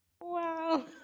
Wow